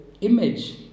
image